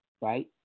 right